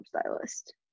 stylist